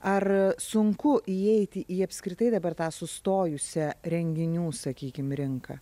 ar sunku įeiti į apskritai dabar tą sustojusią renginių sakykim rinką